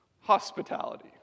hospitality